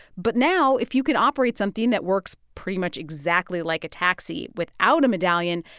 but now if you can operate something that works pretty much exactly like a taxi without a medallion,